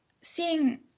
seeing